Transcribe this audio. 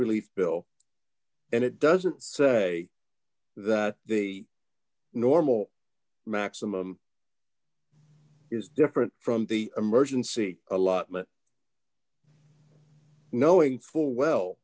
relief bill and it doesn't say that the normal maximum is different from the emergency allotment knowing full well